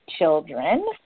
children